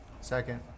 second